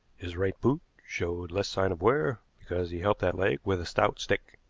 his right boot showed less sign of wear, because he helped that leg with a stout stick.